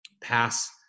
pass